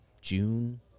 June